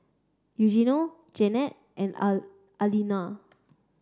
Eugenio Jeannette and Alaina